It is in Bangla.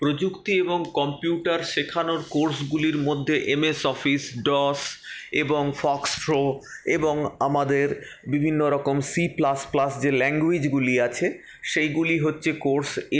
প্রযুক্তি এবং কম্পিউটার শেখানোর কোর্সগুলির মধ্যে এমএস অফিস ডস এবং ফক্স প্রো এবং আমাদের বিভিন্ন রকম সি প্লাসপ্লাস যে ল্যাঙ্গুয়েজগুলি আছে সেগুলি হচ্ছে কোর্স